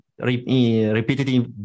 repeatedly